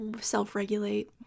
self-regulate